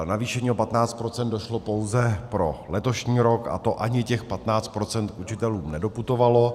K navýšení o 15 % došlo pouze pro letošní rok, a to ani těch 15 % k učitelům nedoputovalo.